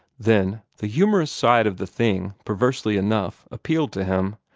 then the humorous side of the thing, perversely enough, appealed to him,